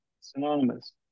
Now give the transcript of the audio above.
synonymous